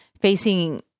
facing